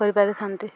କରିପାରିଥାନ୍ତି